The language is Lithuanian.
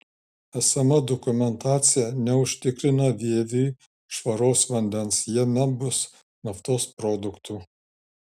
esama dokumentacija neužtikrina vieviui švaraus vandens jame bus naftos produktų